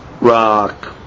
rock